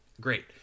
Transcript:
Great